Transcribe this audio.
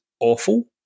Awful